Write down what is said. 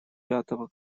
пятого